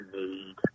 need